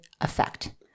effect